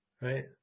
right